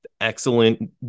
Excellent